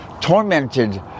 tormented